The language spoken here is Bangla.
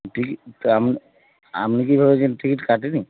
টিকিট তা আম আপনি কী ভেবেছেন টিকিট কাটিনি